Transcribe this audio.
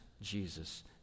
jesus